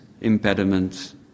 impediments